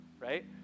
Right